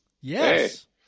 yes